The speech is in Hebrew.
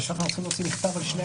הישיבה ננעלה בשעה